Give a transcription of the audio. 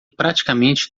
praticamente